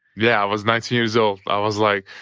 yeah. i was nineteen years old. i was like,